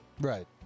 Right